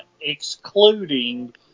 excluding